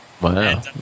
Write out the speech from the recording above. Wow